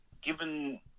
given